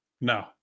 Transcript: No